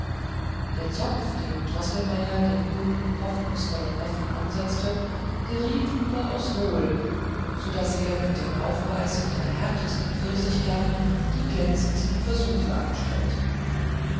der zopf den droßelmeier dem jungen hoffnungsvollen neffen ansetzte geriet überaus wohl sodaß er mit dem aufbeißen der härtesten pfirsichkerne die glänzendsten versuche anstellte